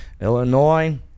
Illinois